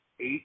eight